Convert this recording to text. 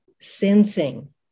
sensing